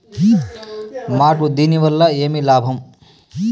మాకు దీనివల్ల ఏమి లాభం